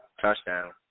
Touchdown